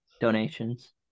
donations